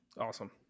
awesome